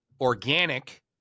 organic